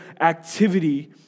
activity